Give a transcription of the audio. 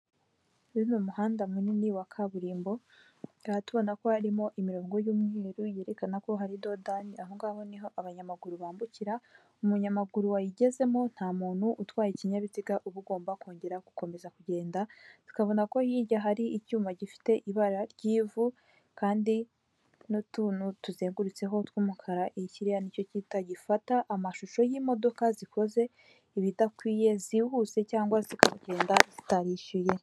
Uyu ni umuhanda munini wa kaburimbo, aho tubona ko harimo imirongo y'umweru yerekana ko hari dodani, aho ngaho niho abanyamaguru bambukira, umunyamaguru wayigezemo nta muntu utwaye ikinyabiziga uba ugomba kongera gukomeza kugenda, tukabona ko hirya aha icyuma gifite ibara ry'ivu kandi n'utuntu tuzengurutseho tw'umukara, kiriya nicyo gihita gifata amashusho y'imodoka zikoze ibidakwiye zihuse cyangwa zikagenda zitarishyuye.